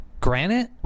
Granite